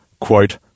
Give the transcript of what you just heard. quote